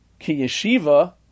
kiyeshiva